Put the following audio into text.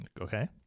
Okay